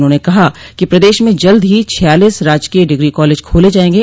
उन्होंने कहा कि प्रदेश में जल्द ही छियालीस राजकीय डिग्री कॉलेज खोले जायेंगे